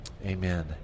Amen